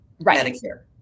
Medicare